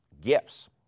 Gifts